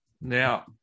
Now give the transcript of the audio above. Now